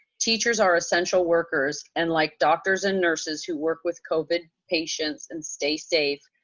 teachers are essential workers and like doctors and nurses who work with covid patients and stay safe,